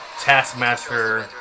Taskmaster